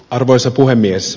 arvoisa puhemies